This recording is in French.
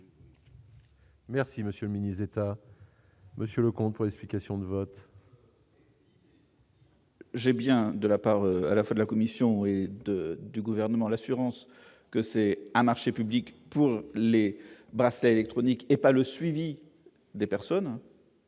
Merci monsieur ministre c'est à monsieur Leconte pour l'explication de vote. J'aime bien de la part à la fin de la commission et de du gouvernement l'assurance que c'est un marché public pour les bracelets électroniques et pas le suivi des personnes.